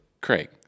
Craig